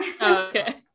Okay